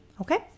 Okay